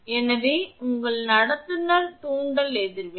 எனவே உங்கள் நடத்துனர் தூண்டல் எதிர்வினை